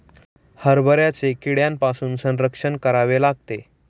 हरभऱ्याचे कीड्यांपासून संरक्षण करावे लागते